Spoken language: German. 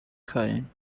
köln